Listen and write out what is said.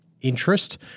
interest